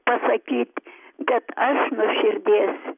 pasakyt bet aš nuo širdies